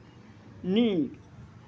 नीक